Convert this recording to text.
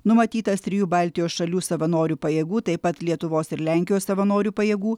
numatytas trijų baltijos šalių savanorių pajėgų taip pat lietuvos ir lenkijos savanorių pajėgų